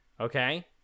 Okay